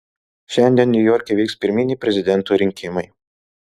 šiandien niujorke vyks pirminiai prezidento rinkimai